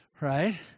right